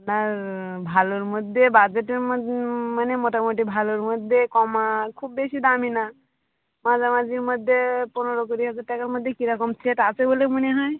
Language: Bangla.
আপনার ভালোর মধ্যে বাজেটের মদ মানে মোটামোটি ভালোর মধ্যে কম খুব বেশি দামি না মাঝামাঝির মধ্যে পনেরো কুড়ি হাজার টাকার মধ্যে কীরকম সেট আছে বলে মনে হয়